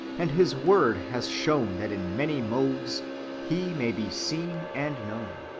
and his word has shown that in many modes he may be seen and knoion.